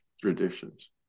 traditions